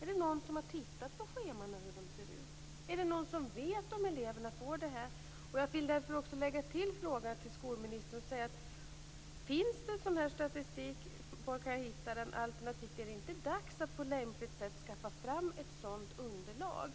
Är det någon som har tittat på hur schemana ser ut? Är det någon som vet om eleverna får detta? Finns det sådan statistik? Var kan jag hitta den? Alternativt: Är det inte dags att på lämpligt sätt skaffa fram ett sådant underlag?